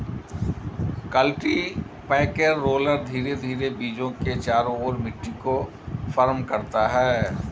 cultipacker roller धीरे धीरे बीजों के चारों ओर मिट्टी को फर्म करता है